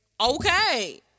Okay